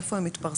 איפה הן מתפרסמות?